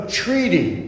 treaty